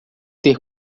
ter